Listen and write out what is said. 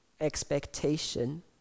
expectation